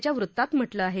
च्या वृतात म्हटलं आहे